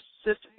specific